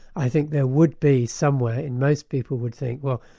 i think there would be somewhere, and most people would think, well,